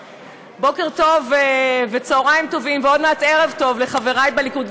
בוקר טוב וצהריים טובים ועוד מעט ערב טוב לחברי בליכוד.